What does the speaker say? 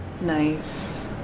Nice